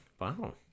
wow